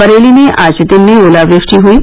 बरेली में आज दिन में ओलावर्रिट हुयी